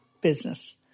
business